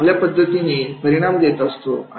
खेळ चांगल्या पद्धतीने परिणाम देत असतो